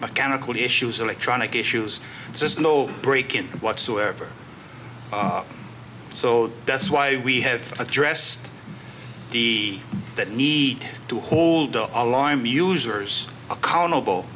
mechanical issues electronic issues there's no break in whatsoever so that's why we have addressed the that need to hold the alarm users accountable